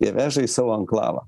ir veža į savo anklavą